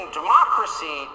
democracy